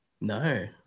no